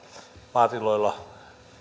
maatiloilla